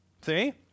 See